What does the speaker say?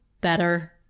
better